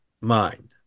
mind